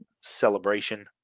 celebration